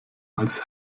als